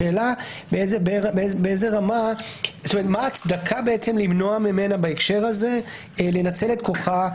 השאלה מה ההצדקה למנוע ממנה בהקשר הזה לנצל את כוחה,